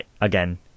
again